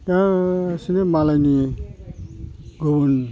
गासिनो मालायनि गुबुन